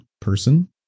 person